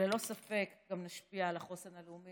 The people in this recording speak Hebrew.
ללא ספק גם נשפיע על החוסן הלאומי.